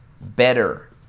better